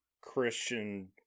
Christian